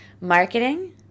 Marketing